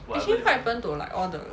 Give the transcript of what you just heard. actually what happened to all the